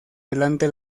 delante